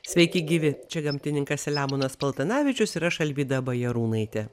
sveiki gyvi čia gamtininkas selemonas paltanavičius ir aš alvyda bajarūnaitė